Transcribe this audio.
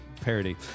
Parody